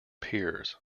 peers